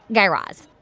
guy raz,